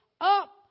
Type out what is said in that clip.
up